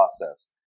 process